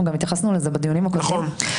אנחנו גם התייחסנו לזה בדיונים הקודמים.